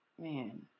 man